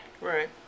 right